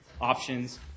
options